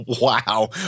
Wow